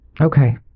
Okay